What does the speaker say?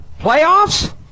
playoffs